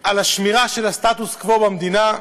על שמירת הסטטוס-קוו במדינה,